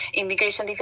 immigration